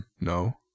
No